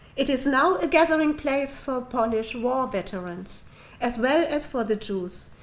it is now a gathering place for polish war veterans as well as for the jews.